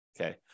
Okay